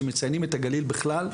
שמציינים את הגליל בכלל.